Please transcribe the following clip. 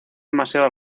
demasiado